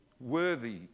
worthy